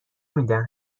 میدن